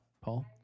Paul